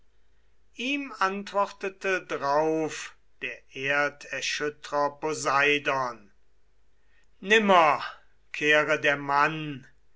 ihm antwortete drauf der erderschüttrer poseidon nimmer kehre der mann